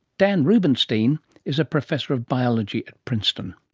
dan rubenstein is a professor of biology at princeton.